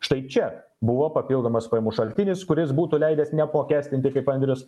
štai čia buvo papildomas pajamų šaltinis kuris būtų leidęs neapmokestinti kaip andrius